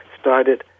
started